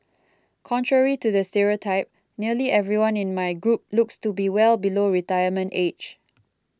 contrary to the stereotype nearly everyone in my group looks to be well below retirement age